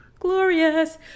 glorious